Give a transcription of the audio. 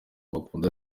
bakunda